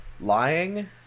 lying